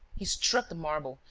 he struck the marble,